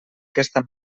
aquesta